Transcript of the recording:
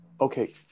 Okay